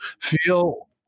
feel